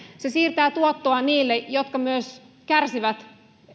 se siirtää tuottoa niille jotka myös kärsivät